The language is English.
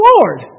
Lord